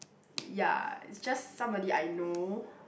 ya it's just somebody I know